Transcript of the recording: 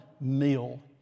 meal